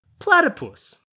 platypus